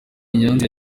ignace